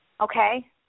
Okay